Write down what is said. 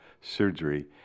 surgery